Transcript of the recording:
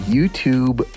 YouTube